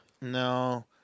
No